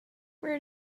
where